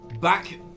back